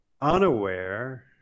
unaware